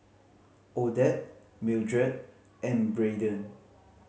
Odette Mildred and Brayden